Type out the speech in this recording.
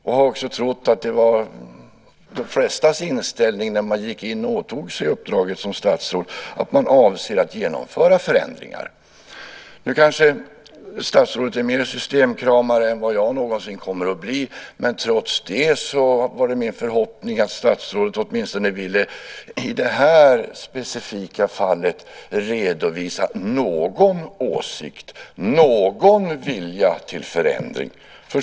Jag har trott att det också är de flestas inställning när man går in och åtar sig uppdraget som statsråd att man avser att göra förändringar. Nu kanske statsrådet är mer av en systemkramare än vad jag någonsin kommer att bli, men trots det var det min förhoppning att statsrådet åtminstone i det här specifika fallet ville redovisa någon åsikt och någon vilja till förändring.